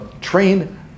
train